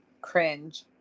cringe